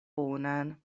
bonan